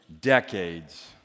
decades